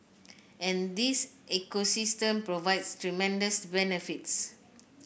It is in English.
and this ecosystem provides tremendous benefits